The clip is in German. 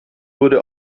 wurde